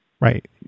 Right